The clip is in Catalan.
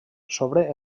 sobre